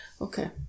Okay